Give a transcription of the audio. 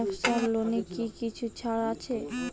ব্যাবসার লোনে কি কিছু ছাড় আছে?